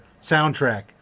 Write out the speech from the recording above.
soundtrack